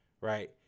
right